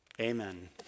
Amen